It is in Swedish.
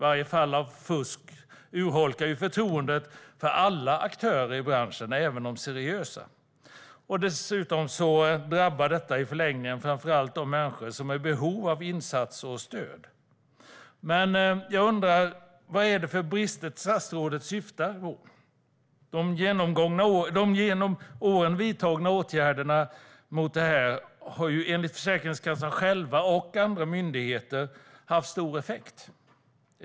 Varje fall av fusk urholkar förtroendet för alla aktörer i branschen, även de seriösa. Dessutom drabbar detta i förlängningen framför allt de människor som är i behov av insatser och stöd. Jag undrar vad det är för brister statsrådet åsyftar. De genom åren vidtagna åtgärderna mot detta har ju enligt Försäkringskassan och andra myndigheter haft stor effekt.